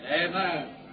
Amen